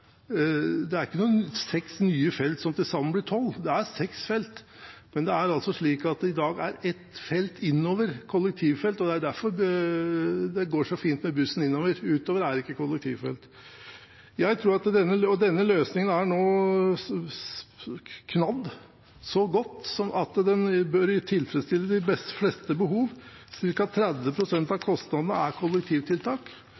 Det er ikke seks nye felt som til sammen blir tolv – det er seks felt. Men det er slik i dag at det er et kollektivfelt innover, og det er derfor det går så fint med bussen. Utover er det ikke kollektivfelt. Denne løsningen er nå knadd så godt at den bør tilfredsstille de fleste behov. Cirka 30 pst. av